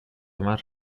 más